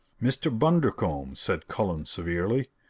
mr. bundercombe, said cullen severely,